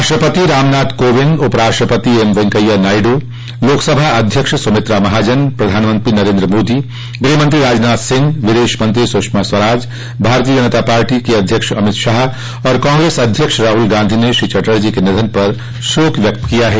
राष्ट्रपति रामनाथ कोविन्द उप राष्ट्रपति एम वेंकैया नायडू लोकसभा अध्यक्ष सुमित्रा महाजन प्रधानमंत्री नरेन्द्र मोदी गृहमंत्री राजनाथ सिंह विदेश मंत्री स्षमा स्वराज भाजपा अध्यक्ष अमित शाह और कांग्रेस अध्यक्ष राहल गांधी ने श्री चटर्जी के निधन पर शोक व्यक्त किया है